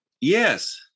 Yes